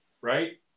right